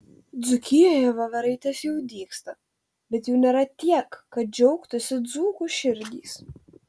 dzūkijoje voveraitės jau dygsta bet jų nėra tiek kad džiaugtųsi dzūkų širdys